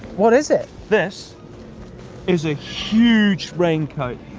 what is it? this is a huge raincoat.